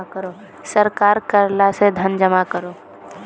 सरकार कर ला से धन जमा करोह